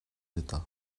d’état